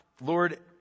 Lord